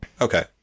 Okay